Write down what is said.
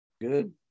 good